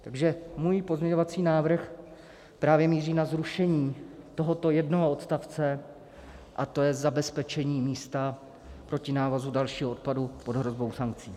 Takže můj pozměňovací návrh právě míří na zrušení tohoto jednoho odstavce, a to je zabezpečení místa proti návozu dalšího odpadu pod hrozbou sankcí.